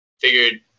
figured